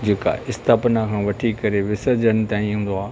जेका स्थापना वठी करे विसर्जनु ताईं हूंदो आहे